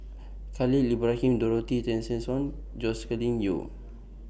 Khalil Ibrahim Dorothy Tessensohn Joscelin Yeo